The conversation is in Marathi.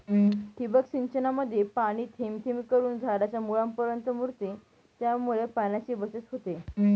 ठिबक सिंचनामध्ये पाणी थेंब थेंब करून झाडाच्या मुळांमध्ये मुरते, त्यामुळे पाण्याची बचत होते